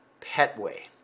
Petway